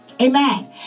Amen